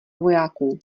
vojáků